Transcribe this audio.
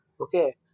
Okay